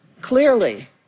clearly